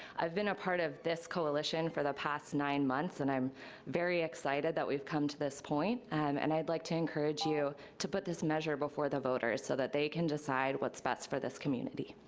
i've been a part of this coalition for the past nine months and i'm very excited that we've come to this point and i'd like to encourage you to put this measure before the voters so that they can decide what's best for this community.